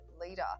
leader